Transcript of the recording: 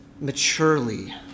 maturely